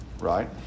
Right